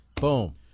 Boom